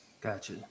Gotcha